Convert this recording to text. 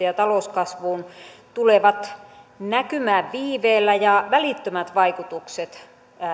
ja talouskasvuun tulevat näkymään viiveellä ja välittömät vaikutukset